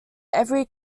every